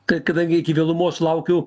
kai kadangi iki vėlumos laukiau